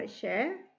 share